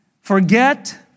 forget